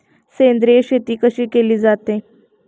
सेंद्रिय शेती कशी केली जाते?